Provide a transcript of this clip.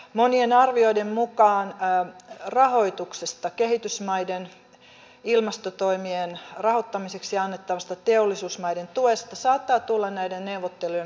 monien arvioiden mukaan rahoituksesta kehitysmaiden ilmastotoimien rahoittamiseksi annettavasta teollisuusmaiden tuesta saattaa tulla näiden neuvottelujen kynnyskysymys